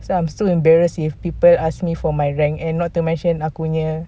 so I'm still embarrass if people ask me for my rank and not to mention aku punya